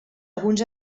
alguns